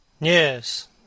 Yes